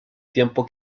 tiempo